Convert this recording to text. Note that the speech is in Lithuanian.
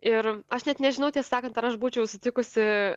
ir aš net nežinau tiesą sakant ar aš būčiau sutikusi